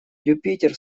юпитер